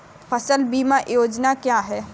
फसल बीमा योजना क्या है?